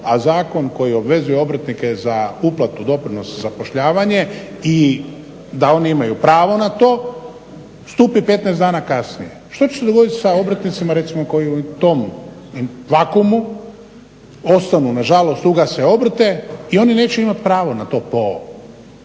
a zakon koji obvezuje obrtnike za uplatu doprinosa za zapošljavanje i da oni imaju pravo na to stupi 15 dana kasnije. Što će se dogoditi s obrtnicima recimo koji u tom vakuumu ostanu, nažalost ugase obrte i oni neće imati pravo na to po